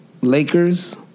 Lakers